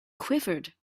quivered